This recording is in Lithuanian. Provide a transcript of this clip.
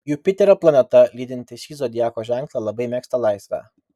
jupiterio planeta lydinti šį zodiako ženklą labai mėgsta laisvę